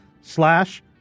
slash